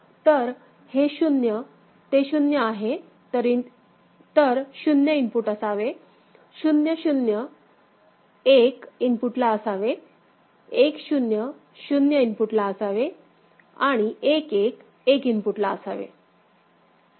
तर हे 0 ते 0 आहे तर 0 इनपुट असावे 0 1 1 इनपुटला असावे 1 0 0 इनपुटला असावे आणि 1 1 1 इनपुटला असावे